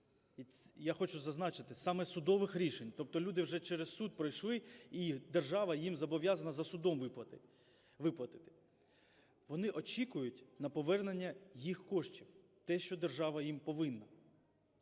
я хочу зазначити, саме судових рішень, тобто люди вже через суд пройшли і держава їм зобов'язана за судом виплатити, вони очікують на повернення їх коштів, те, що держава їм повинна.